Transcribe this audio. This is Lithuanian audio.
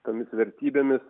tomis vertybėmis